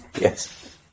yes